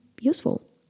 useful